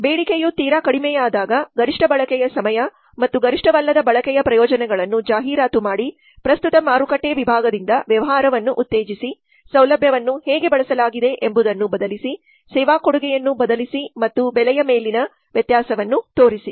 ಬೇಡಿಕೆಯು ತೀರಾ ಕಡಿಮೆಯಾದಾಗ ಗರಿಷ್ಠ ಬಳಕೆಯ ಸಮಯ ಮತ್ತು ಗರಿಷ್ಠವಲ್ಲದ ಬಳಕೆಯ ಪ್ರಯೋಜನಗಳನ್ನು ಜಾಹೀರಾತು ಮಾಡಿ ಪ್ರಸ್ತುತ ಮಾರುಕಟ್ಟೆ ವಿಭಾಗದಿಂದ ವ್ಯವಹಾರವನ್ನು ಉತ್ತೇಜಿಸಿ ಸೌಲಭ್ಯವನ್ನು ಹೇಗೆ ಬಳಸಲಾಗಿದೆ ಎಂಬುದನ್ನು ಬದಲಿಸಿ ಸೇವಾ ಕೊಡುಗೆಯನ್ನು ಬದಲಿಸಿ ಮತ್ತು ಬೆಲೆಯ ಮೇಲೆ ವ್ಯತ್ಯಾಸವನ್ನು ತೋರಿಸಿ